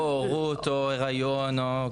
או הורות, או הריון.